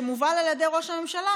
שמובל על ידי ראש הממשלה,